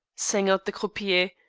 sang out the croupier,